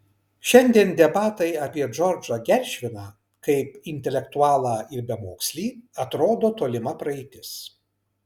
šiandien debatai apie džordžą geršviną kaip intelektualą ir bemokslį atrodo tolima praeitis